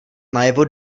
najevo